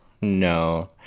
No